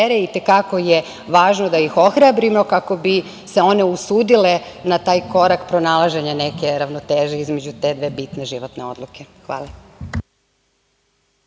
I te kako je važno da ih ohrabrimo kako bi se one usudile na taj korak pronalaženja neke ravnoteže između te dve bitne životne odluke. Hvala.